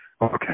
Okay